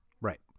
Right